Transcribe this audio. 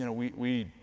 and we,